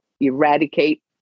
eradicate